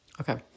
Okay